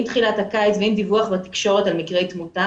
עם תחילת הקיץ ועם דיווח בתקשורת על מקרי תמותה,